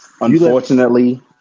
Unfortunately